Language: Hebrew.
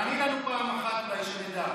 אולי תעני לנו פעם אחת, שנדע.